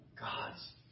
God's